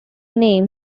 name